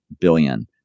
billion